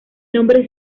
nombre